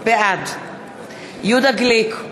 בעד יהודה גליק,